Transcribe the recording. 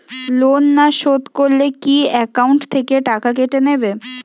Loan না শোধ করলে কি একাউন্ট থেকে টাকা কেটে নেবে?